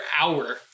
hour